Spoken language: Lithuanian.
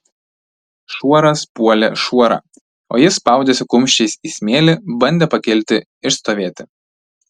šuoras puolė šuorą o jis spaudėsi kumščiais į smėlį bandė pakilti išstovėti